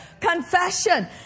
confession